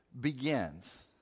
begins